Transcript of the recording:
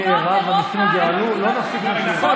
שאם יהיה רע והמיסים עוד יעלו, לא נפסיק לשיר.